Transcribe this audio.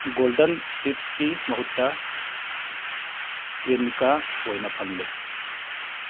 golden ꯇꯤꯞꯁꯀꯤ ꯃꯍꯨꯠꯇ ꯀ꯭ꯔꯤꯃꯤꯀꯥ ꯑꯣꯏꯅ ꯐꯪꯂꯦ